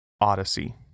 Odyssey